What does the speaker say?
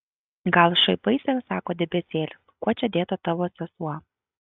gal šaipaisi sako debesėlis kuo čia dėta tavo sesuo